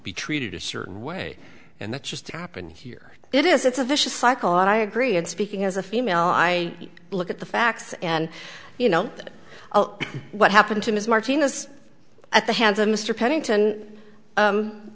be treated a certain way and that's just happened here it is it's a vicious cycle i agree and speaking as a female i look at the facts and you know that what happened to ms martinez at the hands of mr pennington